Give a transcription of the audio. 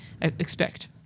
expect